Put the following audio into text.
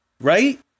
right